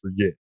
forget